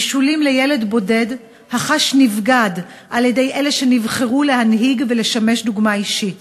משולים לילד בודד החש נבגד על-ידי אלה שנבחרו להנהיג ולשמש דוגמה אישית.